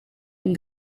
and